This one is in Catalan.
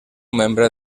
membre